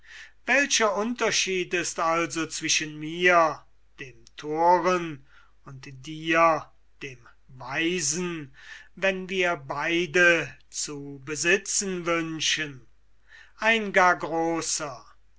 welcher unterschied ist also zwischen mir dem thoren und dir dem weisen wenn wir beide zu besitzen wünschen ein gar großer